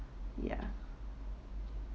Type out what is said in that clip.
ya